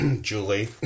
Julie